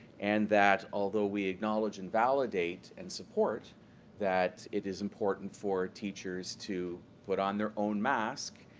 and that although we acknowledge and validate and support that it is important for teachers to put on their own mast,